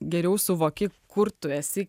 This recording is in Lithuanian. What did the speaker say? geriau suvoki kur tu esi